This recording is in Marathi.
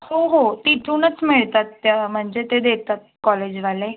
हो हो तिथूनच मिळतात त्या म्हणजे ते देतात कॉलेजवाले